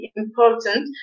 important